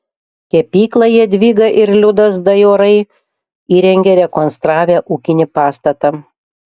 kepyklą jadvyga ir liudas dajorai įrengė rekonstravę ūkinį pastatą